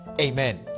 Amen